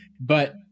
But-